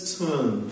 turn